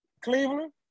Cleveland